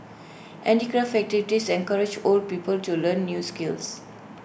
handicraft activities encourage old people to learn new skills